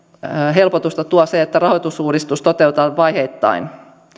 helpotusta tuo se että rahoitusuudistus toteutetaan vaiheittain